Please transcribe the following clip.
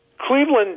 Cleveland